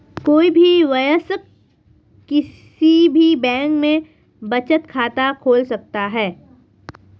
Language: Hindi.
कोई भी वयस्क किसी भी बैंक में बचत खाता खोल सकता हैं